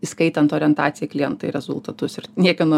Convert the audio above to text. įskaitant orientaciją klientą rezultatus ir niekieno